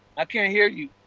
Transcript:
i cannot hear you.